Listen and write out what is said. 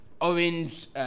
Orange